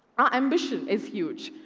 our ambition is huge.